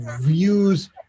views